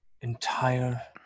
entire